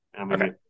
okay